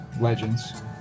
Legends